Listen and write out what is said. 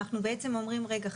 אנחנו בעצם אומרים רגע,